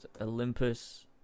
Olympus